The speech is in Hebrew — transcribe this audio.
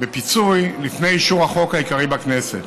בפיצוי לפני אישור החוק העיקרי בכנסת.